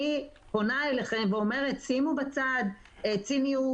אני פונה אליכם ואומרת: שימו בצד ציניות,